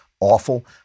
awful